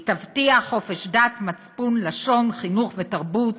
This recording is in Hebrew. היא "תבטיח חופש דת, מצפון, לשון, חינוך ותרבות"